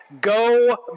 go